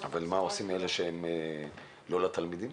ומה עושים אלה שהם לא לתלמידים?